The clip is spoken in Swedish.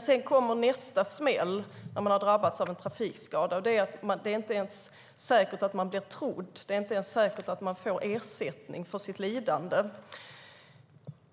Sedan kommer nästa smäll när man har drabbats av en trafikskada: Det är inte ens säkert att man blir trodd, och det är inte ens säkert att man får ersättning för sitt lidande.